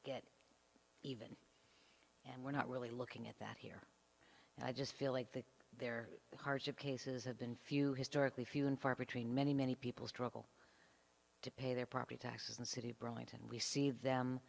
get even and we're not really looking at that here and i just feel like that their hardship cases have been few historically few and far between many many people struggle to pay their property taxes and city burlington we see them